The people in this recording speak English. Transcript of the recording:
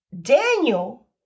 Daniel